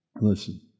Listen